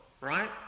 Right